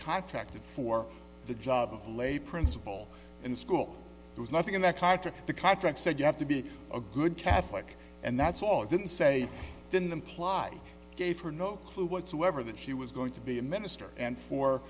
contracted for the job of lay principle in school there's nothing in that part of the contract said you have to be a good catholic and that's all then say then them ply gave her no clue whatsoever that she was going to be a minister and for